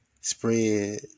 spread